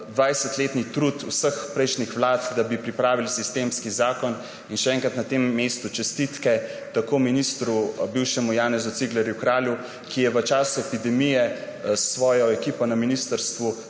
20-letni trud vseh prejšnjih vlad, da bi pripravili sistemski zakon. In še enkrat na tem mestu čestitke tako ministru bivšemu Janezu Ciglerju Kralju, ki je v času epidemije s svojo ekipo na ministrstvu